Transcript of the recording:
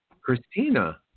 Christina